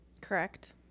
correct